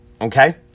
Okay